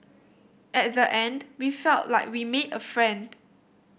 at the end we felt like we made a friend